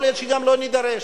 יכול להיות שגם לא נידרש.